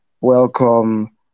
welcome